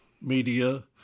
media